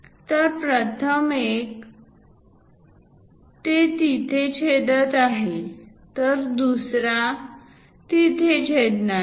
तर प्रथम एक ते तिथे छेदत आहे तर दुसरा तिथे छेदणार आहे